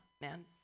man